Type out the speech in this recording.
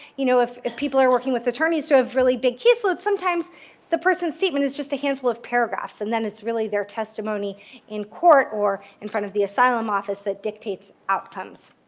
you know if if people are working with attorneys who have really big caseload, sometimes the person's statement is just a handful of paragraphs, and then it's really their testimony in court or in front of the asylum office that dictates outcomes.